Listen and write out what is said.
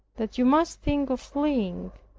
that you must think of fleeing,